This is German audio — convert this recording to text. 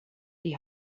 die